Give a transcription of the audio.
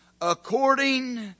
according